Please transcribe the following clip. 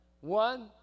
One